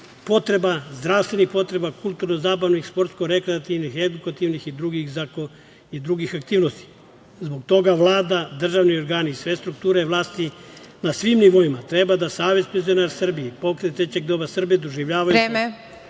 potreba, zdravstvenih potreba, kulturno-zabavnih, sportsko-rekreativnih, edukativnih i drugih aktivnosti. Zbog toga Vlada, državni organi i sve strukture vlasti na svim nivoima treba da Savez penzionera Srbije, pokret Trećeg doba Srbije doživljavaju kao